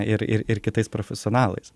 ir ir ir kitais profesionalais